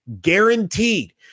guaranteed